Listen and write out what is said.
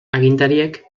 agintariek